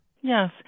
Yes